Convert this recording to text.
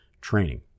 training